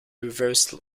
reverse